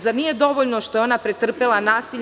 Zar nije dovoljno što je ona pretrpela nasilje?